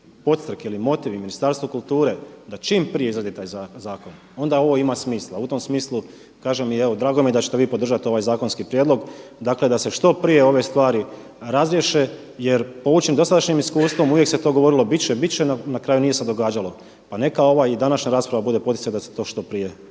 podstrek ili motiv i Ministarstvu kulture da čim prije izradi taj zakon onda ovo ima smisla. U tom smislu, kažem evo i drago mi je da ćete vi podržati ovaj zakonski prijedlog dakle da se što prije ove stvari razriješe jer poučen dosadašnjim iskustvom uvijek se to govorilo biti će, biti će, na kraju nije se događalo. Pa neka ova i današnja raspravu bude poticaj da se to što prije riješi.